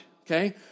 okay